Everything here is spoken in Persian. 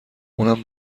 اونم